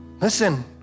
Listen